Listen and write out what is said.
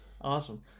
awesome